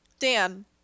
Dan